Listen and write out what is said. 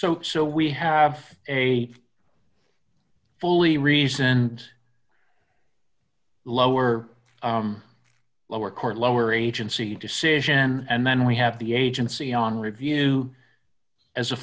so so we have a fully reasoned lower lower court lower agency decision and then we have the agency on review as a